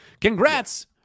Congrats